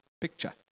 picture